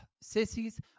Sissies